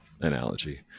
analogy